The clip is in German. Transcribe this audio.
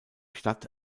stadt